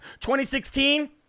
2016